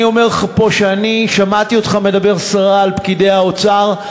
אני אומר לך פה שאני שמעתי אותך מדבר סרה בפקידי האוצר.